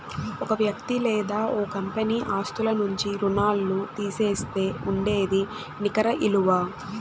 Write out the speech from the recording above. ఓ వ్యక్తి లేదా ఓ కంపెనీ ఆస్తుల నుంచి రుణాల్లు తీసేస్తే ఉండేదే నికర ఇలువ